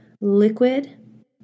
liquid